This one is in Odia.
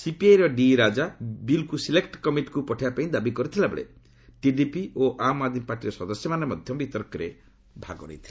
ସିପିଆଇର ଡି ରାଜା ବିଲ୍କୁ ସିଲେକ୍ କମିଟିକୁ ପଠାଇବାପାଇଁ ଦାବି କରିଥିବାବେଳେ ଟିଡିପି ଓ ଆମ୍ ଆଦ୍ମୀ ପାର୍ଟିର ସଦସ୍ୟମାନେ ମଧ୍ୟ ବିତର୍କରେ ଭାଗ ନେଇଥିଲେ